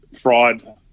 fraud